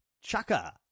Chaka